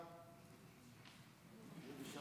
חוק סיוע